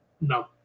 No